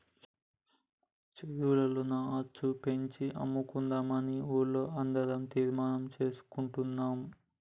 చెరువులో నాచు పెంచి అమ్ముకుందామని ఊర్లో అందరం తీర్మానం చేసుకున్నాం